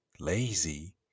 lazy